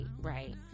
right